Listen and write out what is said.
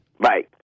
Bye